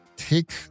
Take